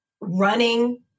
Running